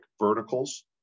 verticals